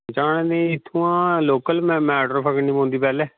जाने ताईं इत्थुआं लोकल म मैटाडोर फकड़ने पौंदी पैह्ले